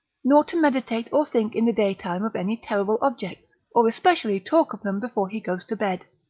not to meditate or think in the daytime of any terrible objects, or especially talk of them before he goes to bed.